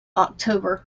october